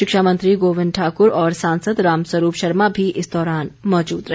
शिक्षा मंत्री गोविंद ठाकुर और सांसद राम स्वरूप शर्मा भी इस दौरान मौजूद रहे